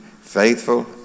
Faithful